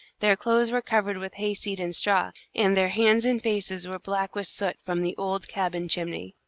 their clothes were covered with hayseed and straw, and their hands and faces were black with soot from the old cabin chimney.